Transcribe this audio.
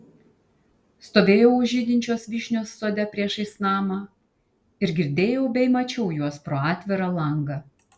stovėjau už žydinčios vyšnios sode priešais namą ir girdėjau bei mačiau juos pro atvirą langą